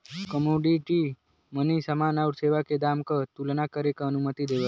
commodity money समान आउर सेवा के दाम क तुलना करे क अनुमति देवला